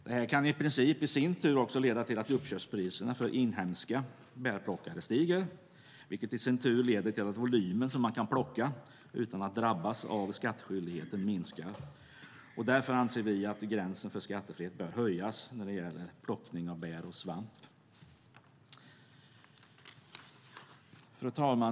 Det kan leda till att uppköpspriserna för inhemska bärplockare stiger, vilket i sin tur skulle leda till att volymen som man kan plocka utan att drabbas av skattskyldighet minskar. Därför anser vi att gränsen för skattefrihet bör höjas när det gäller plockning av bär och svamp. Fru talman!